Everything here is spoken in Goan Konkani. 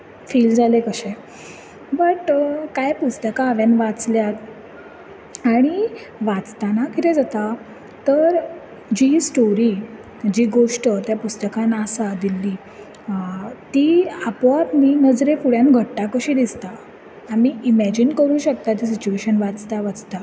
फील जालें कशें बट कांय पुस्तकां हांवेन वाचल्यांत आनी वाचताना कितें जाता तर जी स्टोरी जी गोश्ट ते पुस्तकांत आसा दिल्ली ती आपोआप न्ही नजरे फुड्यांत घडटा कशी दिसता आमी इमेजन करूंक शकता ती सिट्यूएशन वाचतां वाचतां